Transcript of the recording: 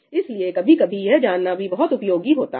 इसलिए कभी कभी यह जानना भी बहुत उपयोगी होता है